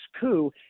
coup